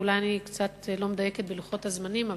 אולי אני קצת לא מדייקת בלוחות הזמנים,